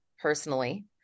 personally